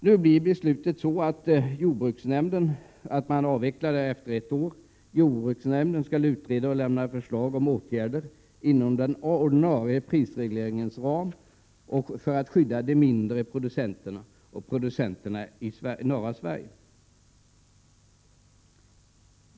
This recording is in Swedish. Nu blir beslutet sådant att avvecklingen sker efter ett år. Jordbruksnämnden skall utreda och lämna förslag om åtgärder inom den ordinarie prisregleringsramen, för att skydda de mindre producenterna och producenterna i norra Sverige.